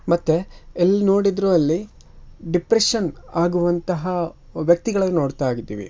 ಮತ್ತು ಎಲ್ಲಿ ನೋಡಿದರೂ ಅಲ್ಲಿ ಡಿಪ್ರೆಷನ್ ಆಗುವಂತಹ ವ್ಯಕ್ತಿಗಳು ನೋಡ್ತಾ ಇದ್ದೀವಿ